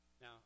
Now